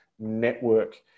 network